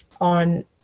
on